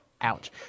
ouch